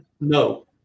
No